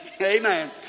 Amen